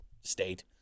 state